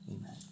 amen